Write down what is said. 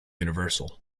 universal